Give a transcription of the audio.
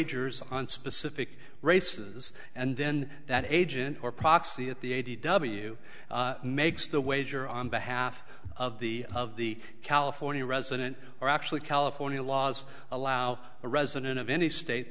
gers on specific races and then that agent or proxy at the a t w makes the wager on behalf of the of the california resident or actually california laws allow a resident of any state